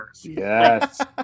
Yes